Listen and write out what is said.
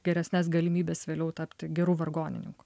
geresnes galimybes vėliau tapti geru vargonininku